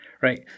right